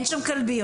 אין שם כלביות,